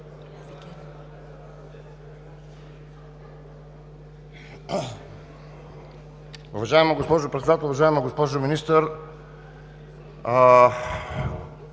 Уважаема госпожо Председател, уважаеми госпожи и